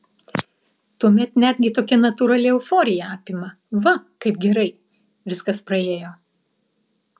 tuomet netgi tokia natūrali euforija apima va kaip gerai viskas praėjo